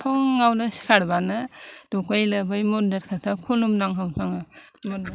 फुङावनो सिखारब्लानो दुगै लोबै मन्दिरखौसो खुलुमनांगौ जोङो